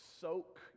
soak